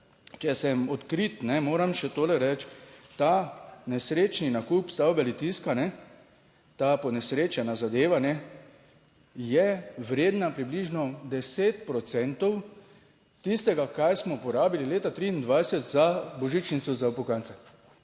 če sem odkrit moram še tole reči, ta nesrečni nakup stavbe Litijska, ta ponesrečena zadeva, je vredna približno 10 procentov tistega, kar smo porabili leta 2023 za božičnico za upokojence.